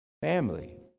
family